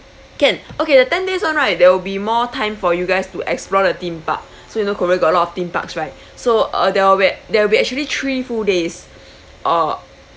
can okay the ten days one right there will be more time for you guys to explore the theme park so you know korea got a lot of theme parks right so uh there where bet~ there will be actually three full days uh